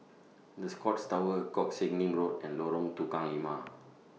The Scotts Tower Koh Sek Lim Road and Lorong Tukang Lima